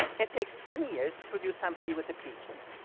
it takes twenty years to produce somebody with a ph d.